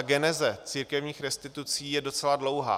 Geneze církevních restitucí je docela dlouhá.